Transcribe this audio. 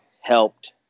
helped